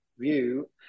view